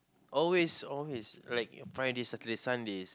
always always like Fridays Saturdays Sundays